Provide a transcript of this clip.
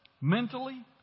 mentally